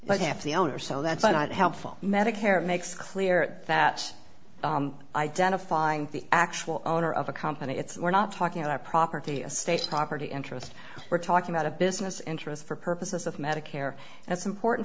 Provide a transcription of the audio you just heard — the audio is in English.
but half the owner so that's not helpful medicare makes clear that identifying the actual owner of a company it's we're not talking about our property a state property interest we're talking about a business interest for purposes of medicare and it's important